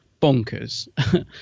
bonkers